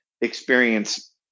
experience